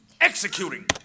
executing